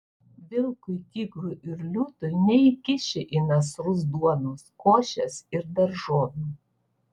vilkui tigrui ir liūtui neįkiši į nasrus duonos košės ir daržovių